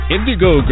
Indigo